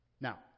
Now